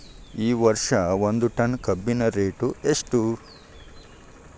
ಈ ವರ್ಷ ಒಂದ್ ಟನ್ ಕಬ್ಬಿನ ರೇಟ್ ಎಷ್ಟು?